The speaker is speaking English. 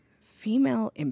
female